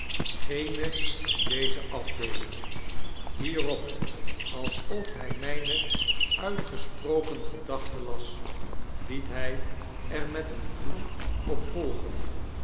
geene in deze afdeeling hierop alsof hjj mgne uitgesproken gedachte las liet hg er met een vloek op volgen